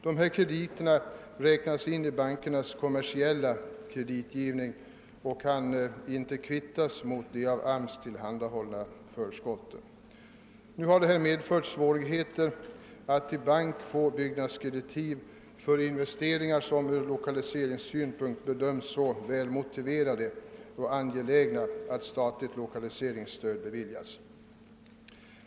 Dessa krediter räknas in i bankernas kommersiella kreditgivning och kan inte kvittas mot de av AMS tillhandahållna förskotten. Detta har medfört svårigheter att i bank erhålla byggnadskreditiv för investeringar, som ur lokaliseringssynpunkt bedöms som så väl motiverade och angelägna att statligt lokaliseringsstöd beviljas.